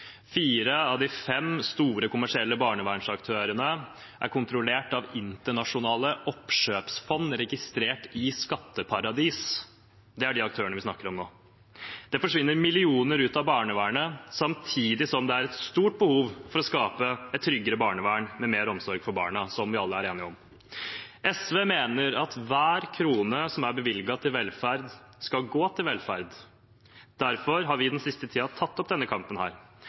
Fire av de fem store kommersielle barnevernsaktørene er kontrollert av internasjonale oppkjøpsfond registrert i skatteparadis. Det er de aktørene vi snakker om nå. Det forsvinner millioner ut av barnevernet samtidig som det er et stort behov for å skape et tryggere barnevern med mer omsorg for barna, noe som vi alle er enige om. SV mener at hver krone som er bevilget til velferd, skal gå til velferd. Derfor har vi den siste tiden tatt opp denne kampen.